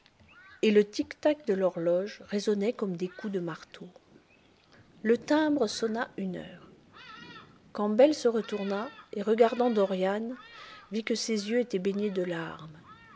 et le tic tac de l'horloge résonnait comme des coups de marteau le timbre sonna une heure campbell se retourna et regardant dorian vit que ses yeux étaient baignés de larmes